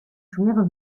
schwere